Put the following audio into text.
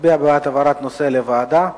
מצביע בעד העברת הנושא לוועדה.